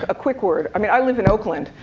ah quick word. i mean i live in oakland.